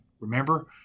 Remember